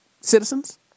citizens